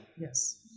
Yes